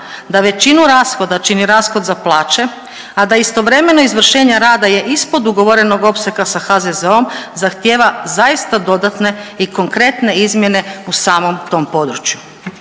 da većinu rashoda čini rashod za plaće, a da istovremeno izvršenje rada je ispod ugovorenog opsega sa HZZO-om zahtijeva zaista dodatne i konkretne izmjene u samom tom području.